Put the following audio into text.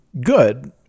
good